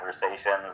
conversations